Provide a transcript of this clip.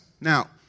Now